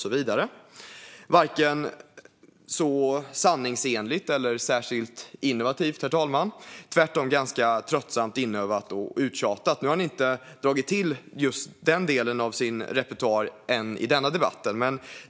Det är varken särskilt sanningsenligt eller särskilt innovativt, herr talman, utan tvärtom ganska tröttsamt, inövat och uttjatat. Han har dock inte dragit till med den delen av sin repertoar än i denna debatt.